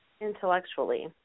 intellectually